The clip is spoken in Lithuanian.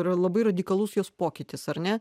yra labai radikalus jos pokytis ar ne